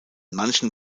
manchen